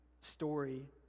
story